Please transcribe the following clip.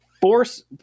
force